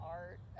art